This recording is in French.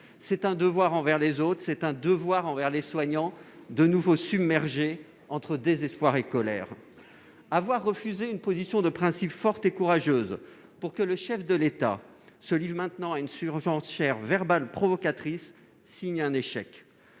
C'est un devoir envers les autres, c'est un devoir envers les soignants, qui sont de nouveau submergés, entre désespoir et colère. Avoir refusé une position de principe forte et courageuse pour que le chef de l'État se livre maintenant à une surenchère verbale provocatrice signe un échec.